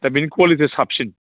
दा बेनि कुवालिटिया साबसिन